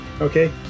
okay